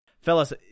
fellas